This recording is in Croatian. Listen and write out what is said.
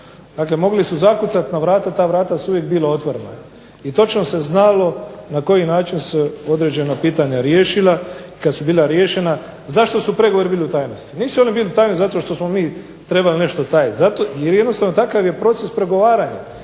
pitati, mogli su zakucati na vrata, ta vrata su uvijek bila otvorena. I točno se znalo na koji način su se određena pitanja riješila i kada su bila riješena. Zašto su pregovori bili u tajnosti? Nisu oni bili tajni zato što smo mi trebali nešto tajiti, jer jednostavno takav je proces pregovaranja.